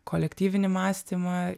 kolektyvinį mąstymą